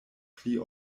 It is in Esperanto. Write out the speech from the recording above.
pli